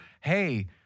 hey